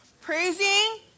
praising